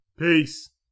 Peace